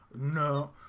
No